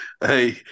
hey